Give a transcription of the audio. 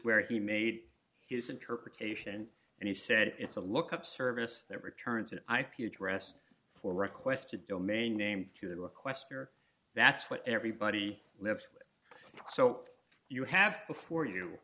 where he made his interpretation and he said it's a look up service that returns an ip address for requests to domain name to the requester that's what everybody lives so you have before you